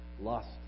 lust